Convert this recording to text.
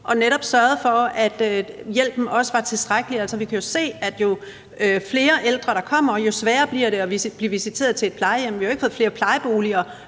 og netop sørget for, at hjælpen også var tilstrækkelig? Vi kan jo se, at jo flere ældre, der kommer, jo sværere bliver det at blive visiteret til et plejehjem. Vi har jo ikke fået flere plejeboliger,